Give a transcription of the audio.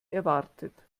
erwartet